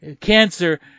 cancer